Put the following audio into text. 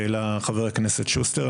שהעלה חבר הכנסת שוסטר.